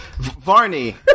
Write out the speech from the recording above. Varney